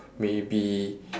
may be